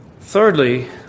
Thirdly